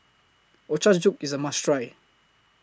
Ochazuke IS A must Try